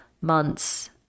months